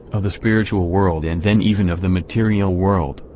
of the spiritual world and then even of the material world,